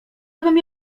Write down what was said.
abym